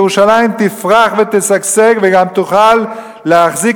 ירושלים תפרח ותשגשג וגם תוכל להחזיק